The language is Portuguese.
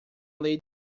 lei